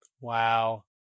Wow